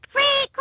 Free